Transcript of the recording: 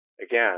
again